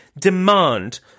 demand